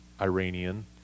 Iranian